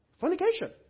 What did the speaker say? Fornication